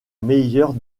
meilleure